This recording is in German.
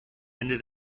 ende